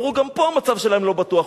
ואמרו: גם פה המצב שלהם לא בטוח,